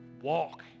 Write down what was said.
Walk